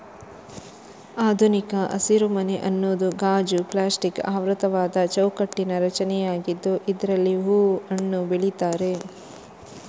ಆಧುನಿಕ ಹಸಿರುಮನೆ ಅನ್ನುದು ಗಾಜು, ಪ್ಲಾಸ್ಟಿಕ್ ಆವೃತವಾದ ಚೌಕಟ್ಟಿನ ರಚನೆಯಾಗಿದ್ದು ಇದ್ರಲ್ಲಿ ಹೂವು, ಹಣ್ಣು ಬೆಳೀತಾರೆ